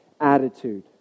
attitude